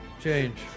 Change